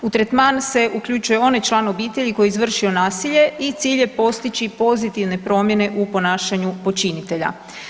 U tretman se uključuje onaj član obitelji koji je izvršio nasilje i cilj je postići pozitivne promjene u ponašanju počinitelja.